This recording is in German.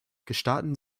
gestatten